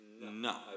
no